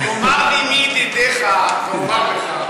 תאמר לי מי ידידיך ואומר לך.